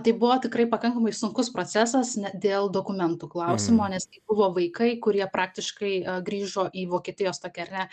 tai buvo tikrai pakankamai sunkus procesas ne dėl dokumentų klausimo nes buvo vaikai kurie praktiškai grįžo į vokietijos tokią ar ne